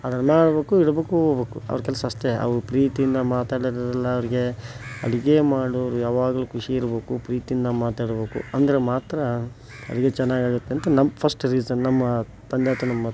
ಅದನ್ನು ಮಾಡ್ಬೇಕು ಇಡ್ಬೇಕು ಹೋಬಕು ಅವ್ರ ಕೆಲಸಾ ಅಷ್ಟೆಯ ಅವ್ರು ಪ್ರೀತಿಯಿಂದ ಮಾತಾಡೋದೆಲ್ಲಾ ಅವ್ರಿಗೆ ಅಡುಗೆ ಮಾಡೋರು ಯಾವಾಗಲೂ ಖುಷಿ ಇರ್ಬೇಕು ಪ್ರೀತಿಯಿಂದ ಮಾತಾಡ್ಬೇಕು ಅಂದರೆ ಮಾತ್ರ ಅಡುಗೆ ಚೆನ್ನಾಗಾಗುತ್ತೆ ಅಂತ ನಮ್ಮ ಫಸ್ಟ್ ರೀಸನ್ ನಮ್ಮ ತಂದೆ ಅಥ್ವಾ ನಮ್ಮಅಪ್ಪ